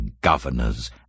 governors